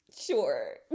Sure